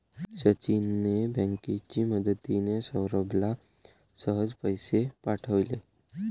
सचिनने बँकेची मदतिने, सौरभला सहज पैसे पाठवले